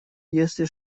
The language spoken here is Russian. если